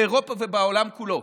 באירופה ובעולם כולו.